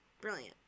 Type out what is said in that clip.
Brilliant